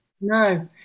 No